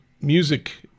music